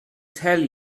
tell